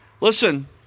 Listen